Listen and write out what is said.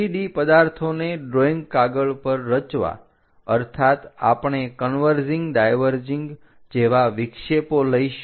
3D પદાર્થોને drawing કાગળ પર રચવા અર્થાત આપણે કન્વર્જિંગ ડાયવર્જિંગ જેવા વિક્ષેપો લઈશું